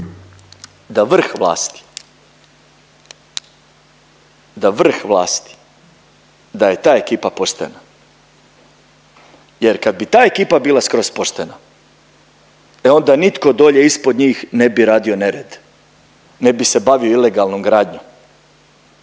da vrh vlasti da je ta ekipa postojana jer kad bi ta ekipa bila skroz poštena e onda nitko dolje ispod njih ne bi radio nered, ne bi se bavio ilegalnom gradnjom.